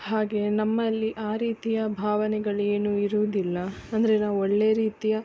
ಹಾಗೆ ನಮ್ಮಲ್ಲಿ ಆ ರೀತಿಯ ಭಾವನೆಗಳು ಏನು ಇರೋದಿಲ್ಲ ಅಂದರೆ ನಾವು ಒಳ್ಳೆ ರೀತಿಯ